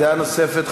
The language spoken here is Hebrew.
דעה נוספת,